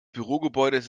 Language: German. bürogebäudes